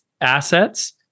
assets